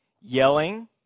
yelling